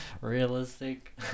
realistic